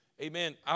amen